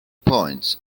points